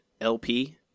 lp